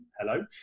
hello